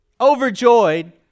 overjoyed